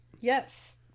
Yes